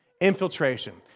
infiltration